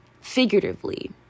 figuratively